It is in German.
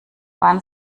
wann